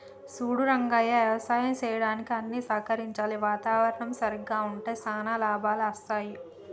సూడు రంగయ్య యవసాయం సెయ్యడానికి అన్ని సహకరించాలి వాతావరణం సరిగ్గా ఉంటే శానా లాభాలు అస్తాయి